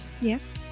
yes